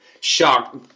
shocked